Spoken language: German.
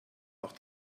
auch